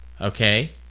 okay